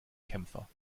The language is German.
kämpfer